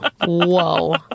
Whoa